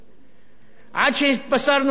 עד שהתבשרנו לפני כמה ימים,